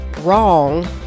wrong